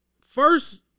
first